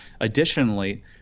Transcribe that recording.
Additionally